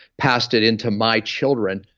passed it into my children,